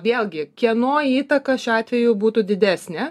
vėlgi kieno įtaka šiuo atveju būtų didesnė